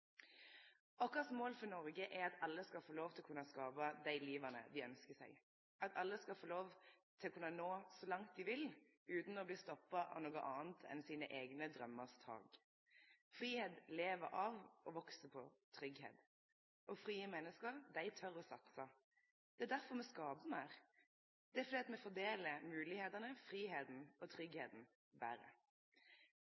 mål for Noreg er at alle skal få lov til å kunne skape dei liva dei ynskjer seg; at alle skal få lov til å kunne nå så langt dei vil utan å bli stoppa av noko anna enn taket i deira eigne draumar. Fridom lever av – og veks på – tryggleik. Og frie menneske, dei tør å satse. Det er derfor me skaper meir. Det er fordi me fordeler moglegheitene, fridomen og